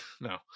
no